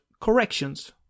corrections